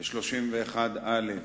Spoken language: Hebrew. ו-31(א)